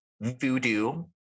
voodoo